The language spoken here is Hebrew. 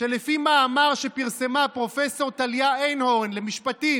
שלפי מאמר שפרסמה הפרופסור למשפטים